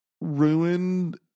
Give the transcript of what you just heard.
ruined